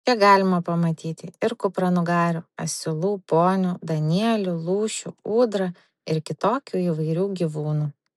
čia galima pamatyti ir kupranugarių asilų ponių danielių lūšių ūdrą ir kitokių įvairių gyvūnų